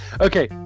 Okay